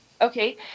Okay